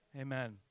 Amen